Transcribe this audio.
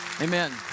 Amen